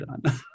done